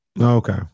Okay